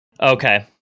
Okay